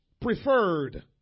Preferred